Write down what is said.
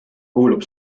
kuulub